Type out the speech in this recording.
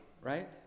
right